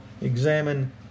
examine